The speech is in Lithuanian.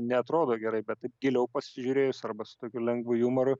neatrodo gerai bet giliau pasižiūrėjus arba su tokiu lengvu jumoru